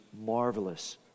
marvelous